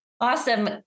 Awesome